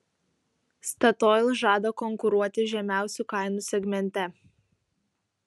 statoil žada konkuruoti žemiausių kainų segmente